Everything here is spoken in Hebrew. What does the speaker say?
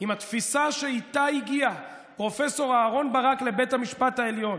עם התפיסה שאיתה הגיע פרופ' אהרן ברק לבית המשפט העליון,